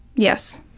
yes.